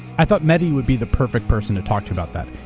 i thought mehdi would be the perfect person to talk to about that.